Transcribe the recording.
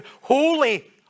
holy